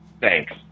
Thanks